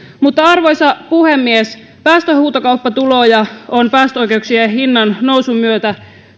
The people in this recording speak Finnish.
arvoisa puhemies päästöhuutokauppatuloja on päästöoikeuksien hinnannousun myötä